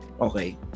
okay